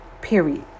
Period